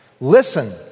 Listen